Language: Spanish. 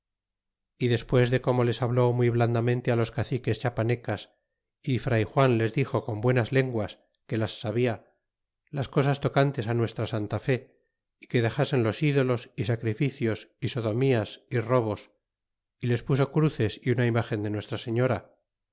y despues de como les habló muy blandamente los caciques chiapanecas y fray juan les dixo con buenas lenguas que las sabia las cosas tocantes nuestra santa fe y que dexasen los ídolos y sacrificios y sodomias y robos y les puso cruces é una imgen de nuestra señora